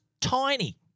tiny